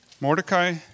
Mordecai